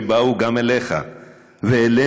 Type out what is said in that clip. שבאו גם אליך ואלינו,